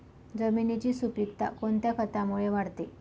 जमिनीची सुपिकता कोणत्या खतामुळे वाढते?